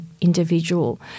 individual